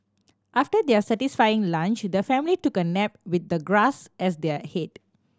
after their satisfying lunch the family took a nap with the grass as their head